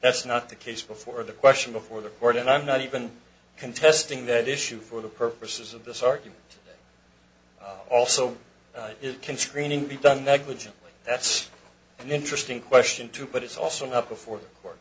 that's not the case before the question before the court and i'm not even contesting that issue for the purposes of this argument also it can screening be done negligently that's an interesting question too but it's also up before the cour